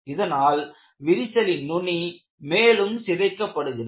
இதனால் விரிசலின் நுனி மேலும் சிதைக்கப்படுகிறது